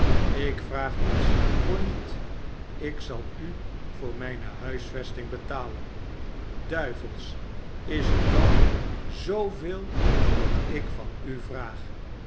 ik vraag niets voor niet ik zal u voor mijne huisvesting betalen duivels is het dan zooveel dat ik van u vraag